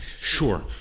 Sure